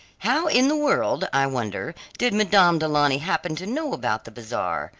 how in the world, i wonder, did madame du launy happen to know about the bazaar?